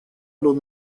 los